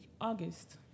august